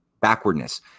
backwardness